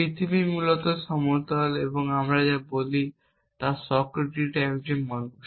পৃথিবী মূলত সমতল বা আমি বলতে পারি সক্রেটিস একজন মানুষ